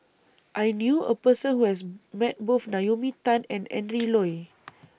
I knew A Person Who has Met Both Naomi Tan and Adrin Loi